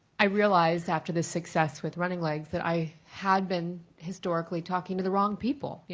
i realized after the success with running legs, that i had been historically talking to the wrong people.